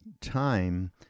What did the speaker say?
time